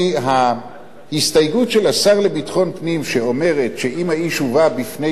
ההסתייגות של השר לביטחון פנים שאומרת שאם האיש הובא בפני שופט